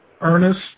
Ernest